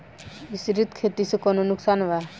मिश्रित खेती से कौनो नुकसान वा?